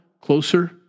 closer